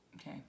Okay